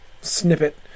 snippet